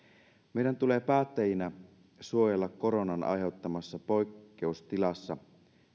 meidän tulee päättäjinä suojella koronan aiheuttamassa poikkeustilassa